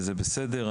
וזה בסדר,